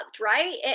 right